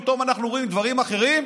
פתאום אנחנו רואים דברים אחרים,